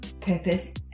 purpose